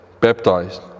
Baptized